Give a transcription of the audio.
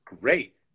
great